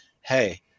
hey